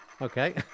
Okay